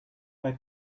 bei